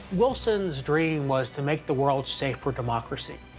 wilson's dream was to make the world safe for democracy.